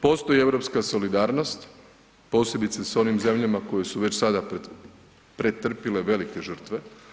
Postoji europska solidarnost, posebice s onim zemljama koje su već sada pretrpile velike žrtve.